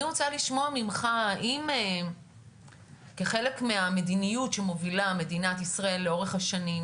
אני רוצה לשמוע ממך כחלק מהמדיניות שמובילה מדינת ישראל לאורך השנים,